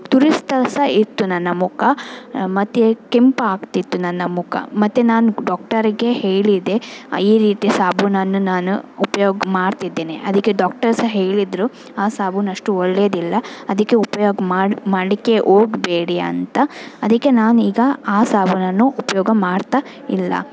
ತುರಿಸ್ತಾ ಸಹ ಇತ್ತು ನನ್ನ ಮುಖ ಮತ್ತು ಕೆಂಪಾಗ್ತಿತ್ತು ನನ್ನ ಮುಖ ಮತ್ತು ನಾನು ಡಾಕ್ಟರಿಗೆ ಹೇಳಿದೆ ಈ ರೀತಿ ಸಾಬೂನನ್ನು ನಾನು ಉಪಯೋಗ ಮಾಡ್ತಿದ್ದೇನೆ ಅದಕ್ಕೆ ಡಾಕ್ಟರ್ ಸಹ ಹೇಳಿದರು ಆ ಸಾಬೂನು ಅಷ್ಟು ಒಳ್ಳೆಯದಿಲ್ಲ ಅದಕ್ಕೆ ಉಪಯೋಗ ಮಾಡ್ ಮಾಡಲಿಕ್ಕೆ ಹೋಗಬೇಡಿ ಅಂತ ಅದಕ್ಕೆ ನಾನು ಈಗ ಆ ಸಾಬೂನನ್ನು ಉಪಯೋಗ ಮಾಡ್ತಾ ಇಲ್ಲ